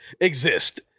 exist